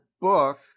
book